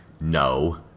No